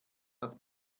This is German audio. dass